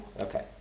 Okay